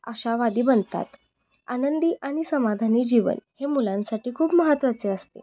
आशावादी बनतात आनंदी आणि समाधानी जीवन हे मुलांसाठी खूप महत्वाचे असते